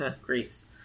Greece